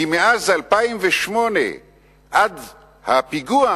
כי מאז 2008 עד הפיגוע